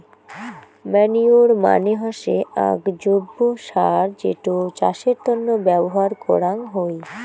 manure মানে হসে আক জৈব্য সার যেটো চাষের তন্ন ব্যবহার করাঙ হই